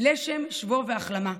"לשם, שבו ואחלמה,